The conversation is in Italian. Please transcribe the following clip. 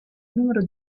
numero